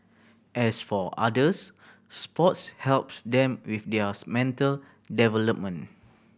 as for others sports helps them with theirs mental development